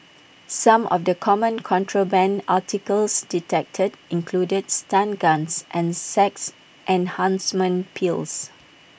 some of the common contraband articles detected included stun guns and sex enhancement pills